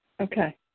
Okay